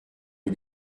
les